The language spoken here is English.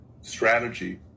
strategy